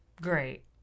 Great